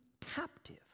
captive